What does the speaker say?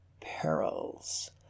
perils